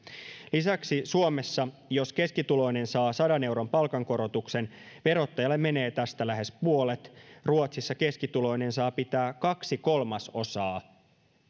lisäksi jos suomessa keskituloinen saa sadan euron palkankorotuksen verottajalle menee tästä lähes puolet ruotsissa keskituloinen saa pitää kaksi kolmasosaa